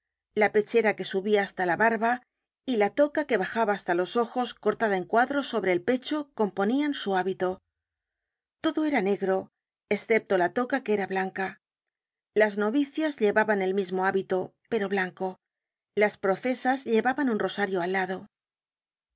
la pechera que subia hasta la barba y la toca que bajaba hasta los ojos cortada en cuadro sobre el pecho componían su hábito todo era negro escepto la toca que era blanca las novicias llevaban el mismo hábito pero blanco las profesas llevaban un rosario al lado